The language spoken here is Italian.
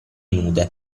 nude